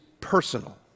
personal